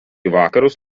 vakarus